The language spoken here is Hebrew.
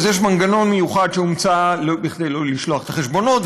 יש מנגנון מיוחד שהומצא כדי שלא לשלוח את החשבונות,